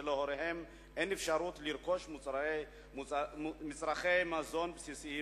שלהוריהם אין אפשרות לרכוש מצרכי מזון בסיסיים,